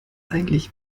eigentlich